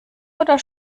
oder